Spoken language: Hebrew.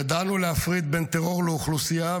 ידענו להפריד בין טרור לאוכלוסייה,